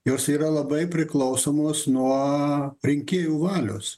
jos yra labai priklausomos nuo rinkėjų valios